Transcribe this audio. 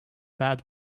bad